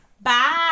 Bye